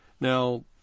Now